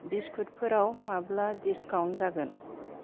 बिस्कुतफोराव माब्ला डिसकाउन्ट जागोन